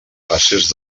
fases